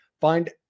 Find